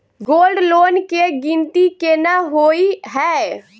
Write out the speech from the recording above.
Gold loan केँ गिनती केना होइ हय?